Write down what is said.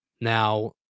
Now